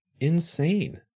insane